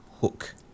hook